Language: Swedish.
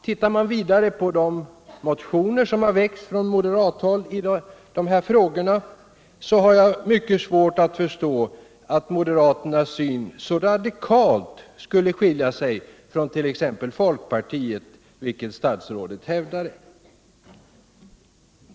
När jag vidare ser på de motioner som har väckts från moderat håll i dessa frågor har jag mycket svårt att förstå att moderaternas syn så radikalt skulle skilja sig från 1. ex. folkpartiets, vilket statsrådet hävdade.